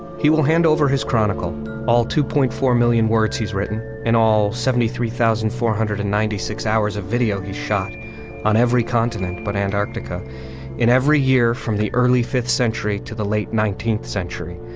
he will hand over his chronicle all two point four million words he's written in all seventy three thousand four hundred and ninety six hours of video he shot on every continent but antarctica in every year from the early fifth century to the late nineteenth nineteenth century.